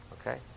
Okay